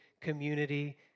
community